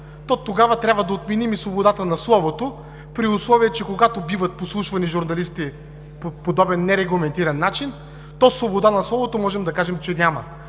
тогава трябва да отменим и свободата на словото, при условие че, когато биват подслушвани журналисти по подобен нерегламентиран начин, то свобода на словото можем да кажем, че няма.